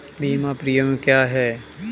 बीमा प्रीमियम क्या है?